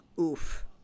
oof